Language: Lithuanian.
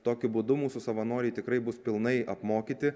tokiu būdu mūsų savanoriai tikrai bus pilnai apmokyti